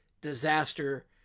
disaster